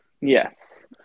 Yes